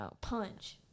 Punch